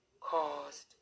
caused